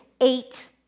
eight